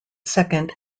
second